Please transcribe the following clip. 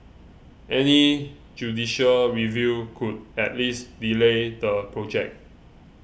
any judicial review could at least delay the project